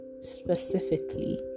specifically